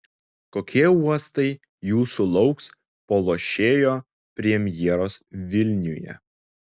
kokie uostai jūsų lauks po lošėjo premjeros vilniuje